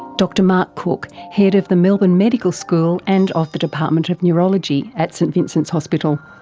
dr mark cook, head of the melbourne medical school and of the department of neurology at st vincent's hospital.